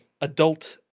adult